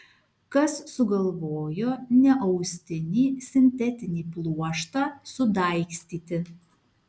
kas sugalvojo neaustinį sintetinį pluoštą sudaigstyti